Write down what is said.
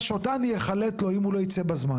שאותה אני אחלט לו אם הוא לא ייצא בזמן,